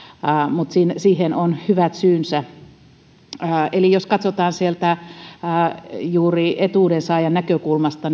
mutta siihen on hyvät syynsä jos katsotaan sieltä juuri etuudensaajan näkökulmasta